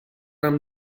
amb